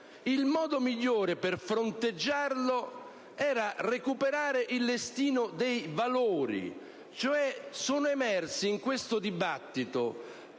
il modo migliore per fronteggiarlo era recuperare il listino dei valori: sono emersi in questo dibattito